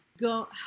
go